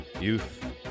Youth